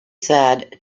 sad